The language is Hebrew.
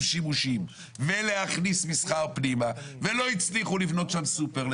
שימושים ולהכניס מסחר פנימה ולא הצליחו לבנות שם סופר,